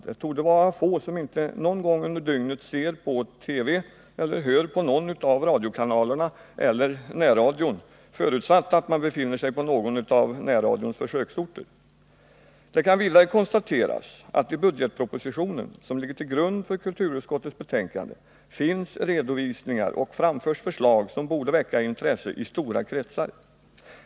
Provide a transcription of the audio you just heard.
Det torde vara få som inte någon gång under dygnet ser på TV eller hör på någon av radiokanalerna eller närradion — förutsatt att man befinner sig på någon av närradions försöksorter. Det kan vidare konstateras att i budgetpropositionen, som ligger till grund för kulturutskottets betänkande, finns redovisningar och framförs förslag som borde väcka intresse i stora kretsar.